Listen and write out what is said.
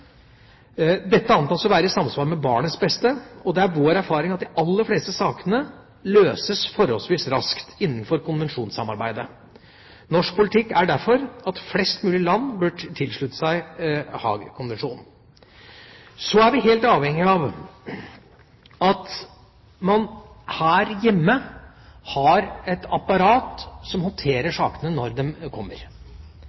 Dette antas å være i samsvar med barnets beste, og det er vår erfaring at de aller fleste sakene løses forholdsvis raskt innenfor konvensjonssamarbeidet. Norsk politikk er derfor at flest mulig land bør slutte seg til Haagkonvensjonen. Så er vi helt avhengig av at man her hjemme har et apparat som håndterer